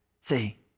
See